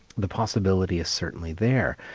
the possibility is certainly there.